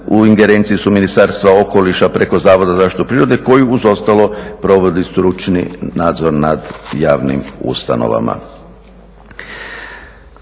u ingerenciji su Ministarstva okoliša preko Zavoda za zaštitu prirode koji uz ostalo provodi stručni nadzor nad javnim ustanovama.